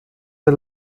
der